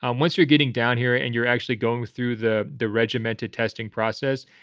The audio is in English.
um once you're getting down here and you're actually going through the the regimented testing process,